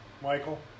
Michael